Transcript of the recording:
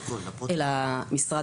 אלא משרד